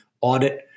audit